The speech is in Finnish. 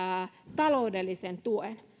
taloudellisen tuen